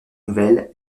nouvelle